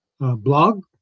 blog